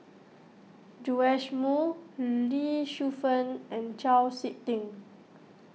Joash Moo Lee Shu Fen and Chau Sik Ting